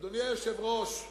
אדוני היושב-ראש,